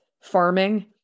farming